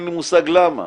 אין לי מושג למה,